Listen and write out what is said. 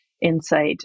insight